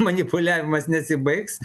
manipuliavimas nesibaigs